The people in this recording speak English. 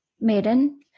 maiden